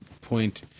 point